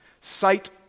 sight